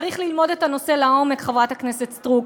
צריך ללמוד את הנושא לעומק, חברת הכנסת סטרוק.